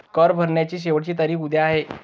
कर भरण्याची शेवटची तारीख उद्या आहे